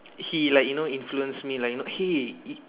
he like you know influence me like you know hey